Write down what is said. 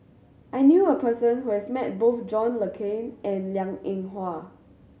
I knew a person who has met both John Le Cain and Liang Eng Hwa